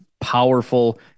powerful